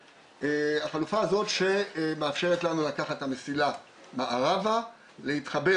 החלופה הזאת שמאפשרת לנו לקחת את המסילה מערבה להתחבר,